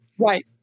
Right